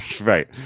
right